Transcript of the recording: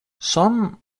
some